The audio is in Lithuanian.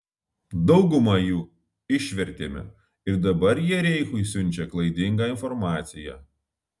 daugumą jų išvertėme ir dabar jie reichui siunčia klaidingą informaciją